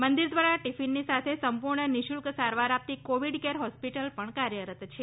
મંદિર દ્વારા ટીફીનની સાથે સંપુર્ણ નિશૂલ્ક સારવાર આપતી કોવિડ કેર હોસ્પિટલ પણ કાર્યરત છે